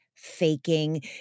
faking